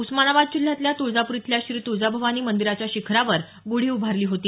उस्मानाबाद जिल्ह्यातल्या तुळजापूर इथल्या श्री तुळजाभवानी मंदीराच्या शिखरावर गुढी उभारली होती